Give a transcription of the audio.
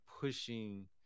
pushing